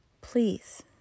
Please